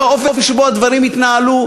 האופן שבו הדברים התנהלו,